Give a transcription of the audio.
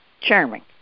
Charming